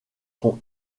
sont